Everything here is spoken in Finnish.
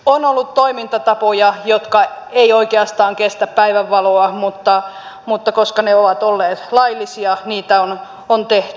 on ollut toimintatapoja jotka eivät oikeastaan kestä päivänvaloa mutta koska ne ovat olleet laillisia niitä on tehty